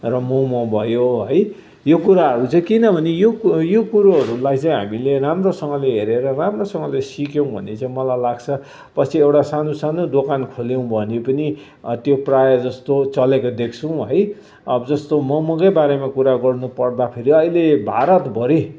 र मम भयो है यो कुराहरू चाहिँ किनभने यो यो कुरोहरू लाई चाहिँ हामीले राम्रोसँगले हेरेर राम्रोसँगले सिक्यौँ भने चाहिँ मलाई लाग्छ पछि एउटा सानु सानु दोकान खोल्यौँ भने पनि त्यो प्रायः जस्तो चलेको देख्छौँ है अब जस्तो ममकै बारेमा कुरा गर्नु पर्दा फेरि अहिले भारतभरि